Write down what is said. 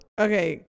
Okay